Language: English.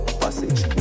passage